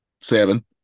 Seven